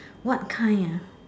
what kind ah